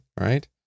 right